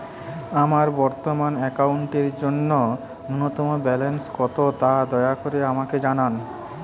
আমার বর্তমান অ্যাকাউন্টের জন্য ন্যূনতম ব্যালেন্স কত তা দয়া করে আমাকে জানান